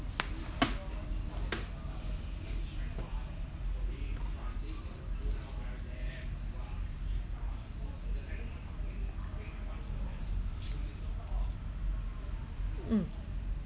mm